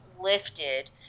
lifted